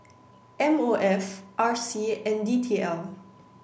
M O F R C and D T L